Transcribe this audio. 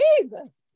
Jesus